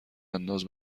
انداز